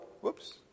whoops